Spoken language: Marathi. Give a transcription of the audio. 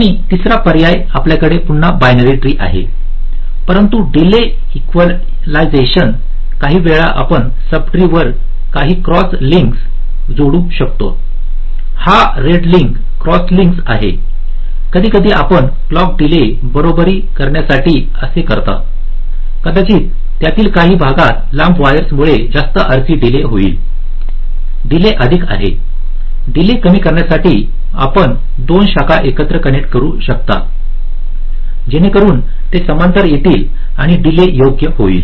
आणि तिसरा पर्याय आपल्याकडे पुन्हा बायनरी ट्री आहेपरंतु डीले इक्वलायझेशन काही वेळा आपण सब ट्री वर काही क्रॉस लिंकस जोडू शकता हा रेड लींक क्रॉस लिंकस आहे कधीकधी आपण क्लॉक डीले बरोबरी करण्यासाठी असे करताकदाचित त्यातील काही भागात लांब वायर्स मुळे जास्त RC डीले होईल डीले अधिक आहेडीले कमी करण्यासाठी आपण 2 शाखा एकत्र कनेक्ट करू शकता जेणेकरून ते समांतर येतील आणि डीले योग्य होईल